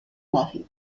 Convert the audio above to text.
mari